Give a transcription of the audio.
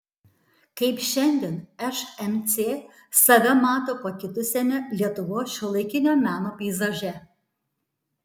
kaip šiandien šmc save mato pakitusiame lietuvos šiuolaikinio meno peizaže